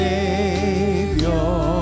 Savior